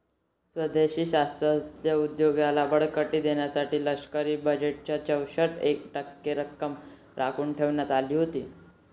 स्वदेशी शस्त्रास्त्र उद्योगाला बळकटी देण्यासाठी लष्करी बजेटच्या चौसष्ट टक्के रक्कम राखून ठेवण्यात आली होती